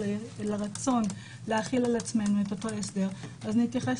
לרצון להחיל על עצמנו את אותו הסדר אז נתייחס